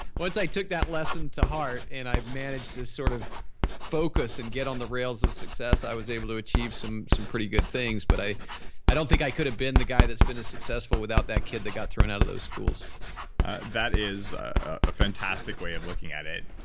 took that lesson to heart and i managed to sort of focus and get on the rails of success i was able to achieve some some pretty good things. but i i don't think i could have been the guy that's been as successful without that kid that got thrown out of those schools that is a fantastic way of looking at it.